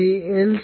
તેથી L